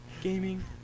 gaming